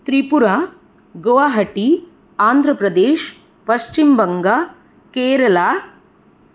त्रिपुरा गोवाहाट्टि आन्ध्रप्रदेशः पश्चिमबङ्गः केरला